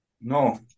No